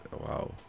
wow